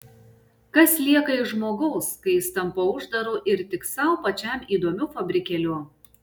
kas lieka iš žmogaus kai jis tampa uždaru ir tik sau pačiam įdomiu fabrikėliu